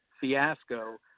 fiasco